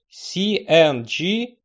CNG